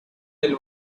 till